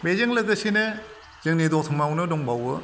बेजों लोगोसेनो जोंनि दतमायाव दंबावो